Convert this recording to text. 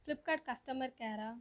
Flipkart customer care